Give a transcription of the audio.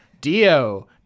Dio